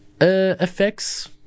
effects